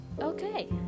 okay